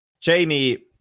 Jamie